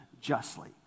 justly